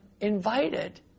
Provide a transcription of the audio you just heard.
invited